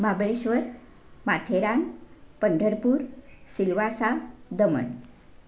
Mahabaleshwar Matheran Pandharpur Silvassa Daman